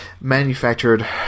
manufactured